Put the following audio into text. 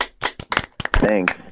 Thanks